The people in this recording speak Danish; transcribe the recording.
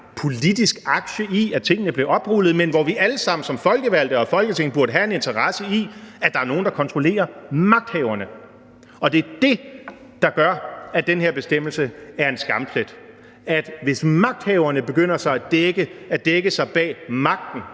politisk aktie i, at tingene bliver oprullet, men hvor vi alle sammen som folkevalgte og som Folketing burde have en interesse i, at der er nogle, der kontrollerer magthaverne. Det er det, der gør, at den her bestemmelse er en skamplet. Hvis magthaverne begynder at dække sig bag magten,